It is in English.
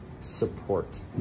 support